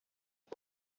amb